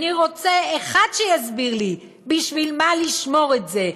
אני רוצה אחד שיסביר לי בשביל מה לשמור את זה.